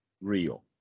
real